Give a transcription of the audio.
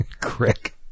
Crick